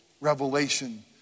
revelation